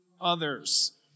others